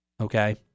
Okay